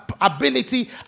ability